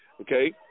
Okay